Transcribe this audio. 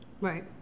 Right